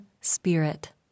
Spirit